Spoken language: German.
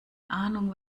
ahnung